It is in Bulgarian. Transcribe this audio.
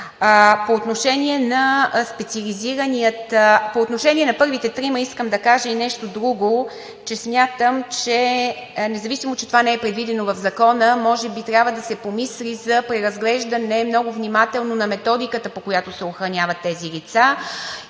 и тези охранявани лица. По отношение на първите трима искам да кажа и нещо друго. Смятам, независимо че това не е предвидено в Закона, може би трябва да се помисли за преразглеждане много внимателно на методиката, по която се охраняват тези лица,